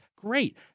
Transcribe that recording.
Great